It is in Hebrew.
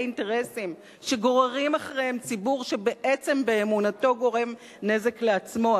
אינטרסים שגוררים אחריהם ציבור שבעצם באמונתו גורם נזק לעצמו.